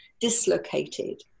dislocated